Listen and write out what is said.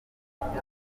twizeye